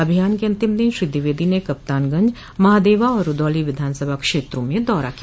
अभियान के अंतिम दिन श्री द्विवेदी ने कप्तानगंज महादेवा और रूदौली विधानसभा क्षेत्रों में दौरा किया